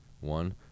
one